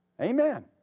Amen